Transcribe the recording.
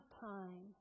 time